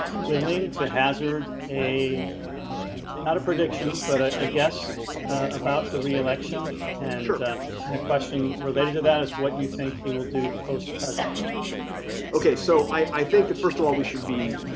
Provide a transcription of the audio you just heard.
willing to hazard a not a prediction, but i ah guess about the re-election and that and a question related to that is what you think. he will do post presidency okay, so i i think that first of all we should be